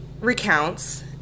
recounts